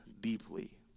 deeply